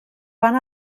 van